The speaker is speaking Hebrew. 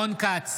אינו נוכח